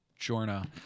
Jorna